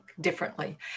differently